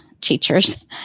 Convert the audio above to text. teachers